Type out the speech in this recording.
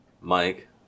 Mike